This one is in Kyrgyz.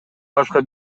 башка